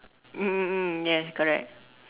mm mm yes correct